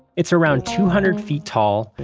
it's around two hundred feet tall,